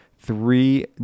three